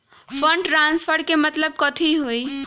Fund transfer के मतलब कथी होई?